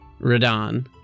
Radon